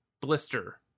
Blister